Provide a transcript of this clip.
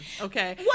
okay